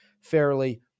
fairly